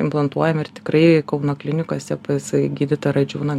implantuojami ir tikrai kauno klinikose pas gydytoją radžiūną